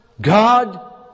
God